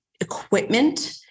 equipment